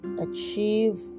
Achieve